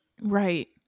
Right